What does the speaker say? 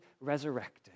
resurrected